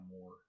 more